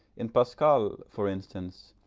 in pascal, for instance,